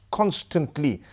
constantly